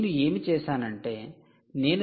నేను ఏమి చేసానంటే నేను దీన్ని 3